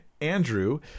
Andrew